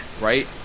right